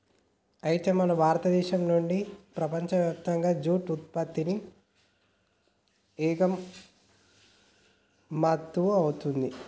అయితే మన భారతదేశం నుండి ప్రపంచయప్తంగా జూట్ ఉత్పత్తి ఎగుమతవుతుంది